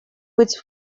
быть